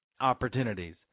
opportunities